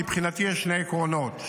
מבחינתי יש שני עקרונות,